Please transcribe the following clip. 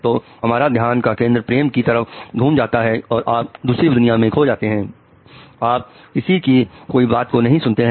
तो हमारा ध्यान का केंद्र प्रेम की तरफ घूम जाता है और आप दूसरी दुनिया में खो जाते हैं आप किसी की कोई बात को नहीं सुनते हैं